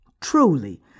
Truly